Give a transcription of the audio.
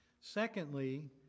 Secondly